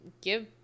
give